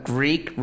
Greek